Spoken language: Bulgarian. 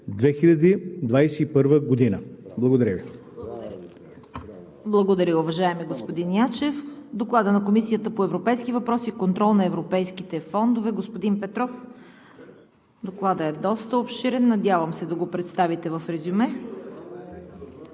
2021 г.“ Благодаря Ви. ПРЕДСЕДАТЕЛ ЦВЕТА КАРАЯНЧЕВА: Благодаря, уважаеми господин Ячев. Доклад на Комисията по европейските въпроси и контрол на европейските фондове – господин Петров. Докладът е доста обширен. Надявам се да го представите в резюме.